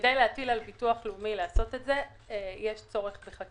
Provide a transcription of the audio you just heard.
כדי להטיל על ביטוח לאומי לעשות את זה יש צורך בחקיקה.